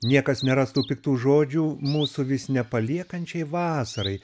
niekas nerastų piktų žodžių mūsų vis nepaliekančiai vasarai